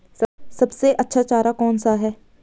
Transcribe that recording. सबसे अच्छा चारा कौन सा है?